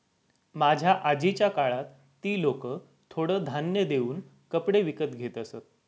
माझ्या आजीच्या काळात ती लोकं थोडं धान्य देऊन कपडे विकत घेत असत